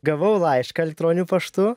gavau laišką eletroniu paštu